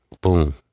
boom